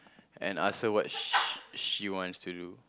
and ask her what she she wants to do